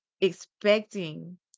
expecting